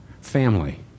family